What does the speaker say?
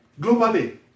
globally